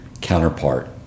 counterpart